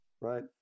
right